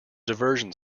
diversion